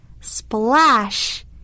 splash